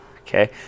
Okay